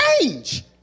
change